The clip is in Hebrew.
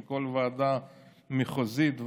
עם כל ועדה מחוזית,